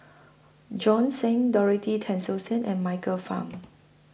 Bjorn Shen Dorothy Tessensohn and Michael Fam